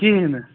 کِہیٖنٛۍ نہٕ